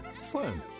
fun